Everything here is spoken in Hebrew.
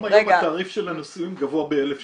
גם היום התעריף של הנשואים גבוה ב-1000 שקל.